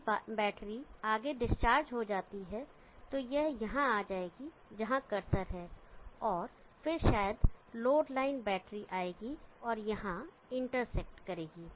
यदि बैटरी आगे डिस्चार्ज हो जाती है तो यह यहां आ जाएगी जहां करसर है और फिर शायद लोड लाइन बैटरी आएगी और यहां इंटरसेक्ट करेगी